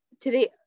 today-